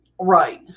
Right